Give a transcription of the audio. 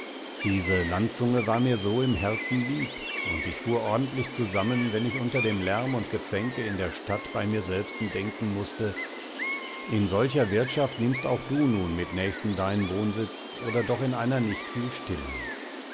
diese landzunge war mir so im herzen lieb und ich fuhr ordentlich zusammen wenn ich unter dem lärm und gezänke in der stadt bei mir selbsten denken mußte in solcher wirtschaft nimmst auch du nun mit nächstem deinen wohnsitz oder doch in einer nicht viel stillern